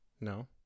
no